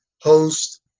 host